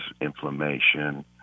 inflammation